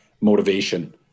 motivation